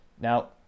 Now